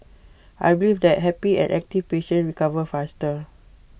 I believe that happy and active patients recover faster